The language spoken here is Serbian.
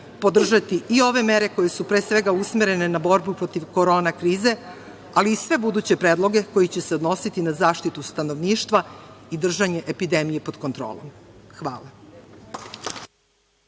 podržati i ove mere koje su pre svega usmerene na borbu protiv korona krize, ali i sve buduće predloge koji će se odnositi na zaštitu stanovništva i držanje epidemije pod kontrolom. Hvala.